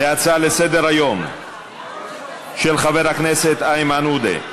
להצעה לסדר-היום של חבר הכנסת איימן עודה: